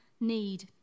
need